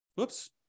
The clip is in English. Oops